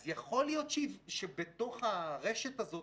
אז יכול להיות שבתוך הרשת הזאת